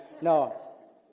No